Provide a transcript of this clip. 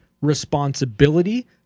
responsibility